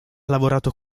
lavorato